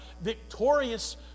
victorious